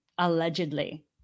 allegedly